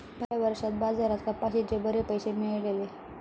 पयल्या वर्सा बाजारात कपाशीचे बरे पैशे मेळलले